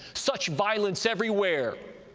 such violence everywhere!